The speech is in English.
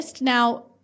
Now